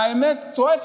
והאמת צועקת.